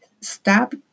Stop